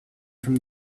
from